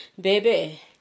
baby